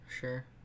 sure